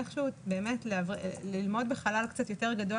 איכשהו באמת ללמוד בחלל קצת יותר גדול